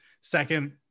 Second